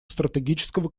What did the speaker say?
стратегического